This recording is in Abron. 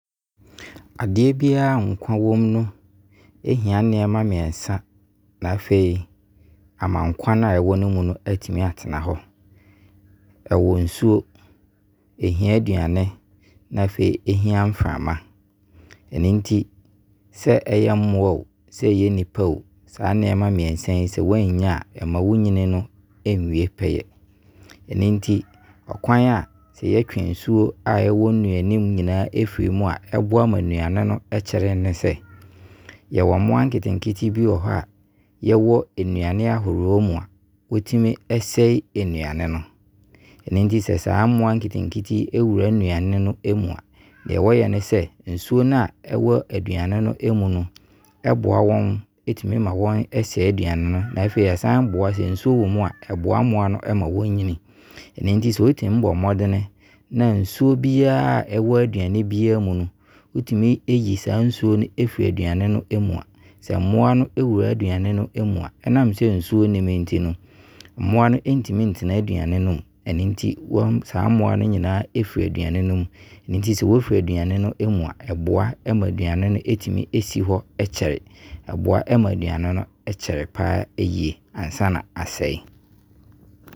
Adeɛ biara nkwa wɔ mu no hia nnoɔma mmiɛnsa na afei ama nkwa na ɛwɔ mu no atumi atena hɔ. Yɛwɔ nsuo, ɛhia aduane na afei ɛhia mframa. Ɛno nti sɛ ɛyɛ mmoa o, sɛ ɛyɛ nipa o, saa nnɛema mmiɛnsa yi, sɛ wannya a ɛmma wɔyini no nwie pɛyɛ. Ɛno nti kwan a yɛtwe nsuo a ɛwɔ nnuane mu nyinaa firi mu a, boa ma nnuane kyɛre ne sɛ, mmoa nketenkete bi wɔ hɔ a, yɛwɔ nnuane ahoroɔ mu wɔtumi sɛi nnuane no. Ɛno nti sɛ saa mmoa nketekete no wura nnuane no mu a, deɛ wɔyɛ ne sɛ, nsuo no a ɛwɔ aduane no mu no boa wɔn tumi ma wɔsɛi aduane no. Afei ɛsane boa sɛ nsuo wɔ mu a, ɛboa mmoa no ma wɔyini. Ɛno nti sɛ wo tumi bɔ mmɔden na nsuo biara ɛwɔ aduane biara mu no wo tumi ɛyi saa nsuo no firi aduane no mu a, mmoa no wura aduane no mu a, ɛnam sɛ nsuo nnim nti no, mmoa no ntumi ntena aduane no mu. Ɛno nti saa mmoa no nyinaa ɛfiri aduane no mu, nti sɛ wɔfiri aduane no mu a ɛboa ma aduane no tumi si hɔ kyɛre, ɛboa ma aduane no ɛkyerɛ paa yie ansa na asɛi.